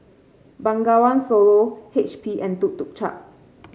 Bengawan Solo H P and Tuk Tuk Cha